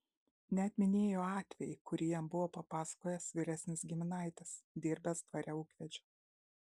net minėjo atvejį kurį jam buvo papasakojęs vyresnis giminaitis dirbęs dvare ūkvedžiu